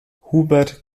hubert